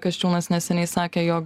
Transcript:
kasčiūnas neseniai sakė jog